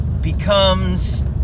becomes